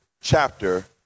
chapter